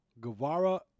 Guevara